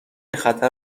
خطر